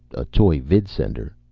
a toy vidsender.